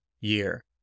year